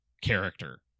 character